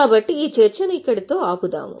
కాబట్టి ఈ చర్చను ఇక్కడితో ఆపుదాము